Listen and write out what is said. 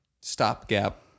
stopgap